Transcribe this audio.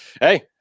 hey